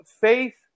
faith